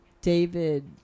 David